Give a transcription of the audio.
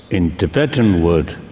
in tibetan word,